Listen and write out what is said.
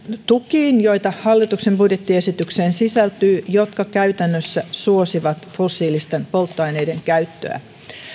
tukiin joita hallituksen budjettiesitykseen sisältyy ja jotka käytännössä suosivat fossiilisten polttoaineiden käyttöä